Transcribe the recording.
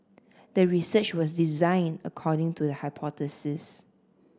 the research was designed according to the hypothesis